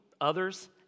others